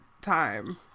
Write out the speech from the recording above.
time